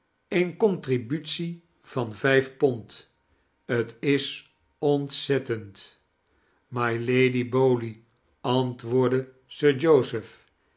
eene contributie van vijf pond tis ontzettend mylady bowley antwoordde sir joseph